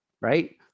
right